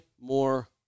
more